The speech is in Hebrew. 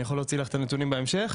אני יכול להוציא את הנתונים בהמשך.